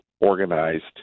organized